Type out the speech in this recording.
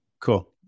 Cool